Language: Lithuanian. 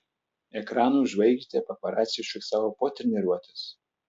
ekranų žvaigždę paparaciai užfiksavo po treniruotės